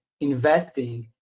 investing